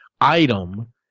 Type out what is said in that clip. item